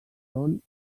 són